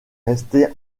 resté